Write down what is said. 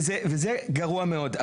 וזה גרוע מאוד.